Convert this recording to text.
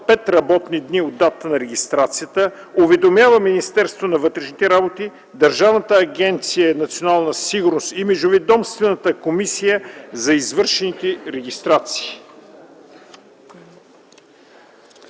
пет работни дни от датата на регистрацията уведомява Министерството на вътрешните работи, Държавна агенция „Национална сигурност” и Междуведомствената комисия за извършените регистрации.”